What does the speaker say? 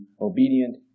obedient